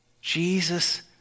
Jesus